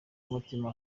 umutima